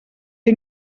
que